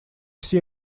все